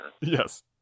Yes